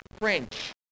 French